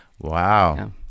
Wow